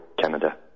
Canada